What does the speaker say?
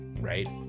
right